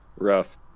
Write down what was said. rough